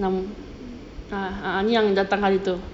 yang ah ah ni yang datang hari tu